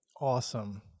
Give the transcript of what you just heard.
Awesome